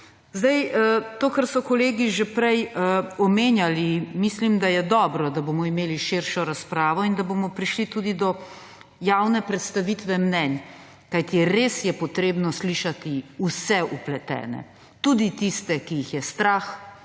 To, kar so kolegi že prej omenjali, mislim, da je dobro, da bomo imeli širšo razpravo in da bomo prišli tudi do javne predstavitve mnenj. Res je treba slišati vse vpletene, tudi tiste, ki jih je strah